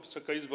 Wysoka Izbo!